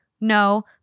No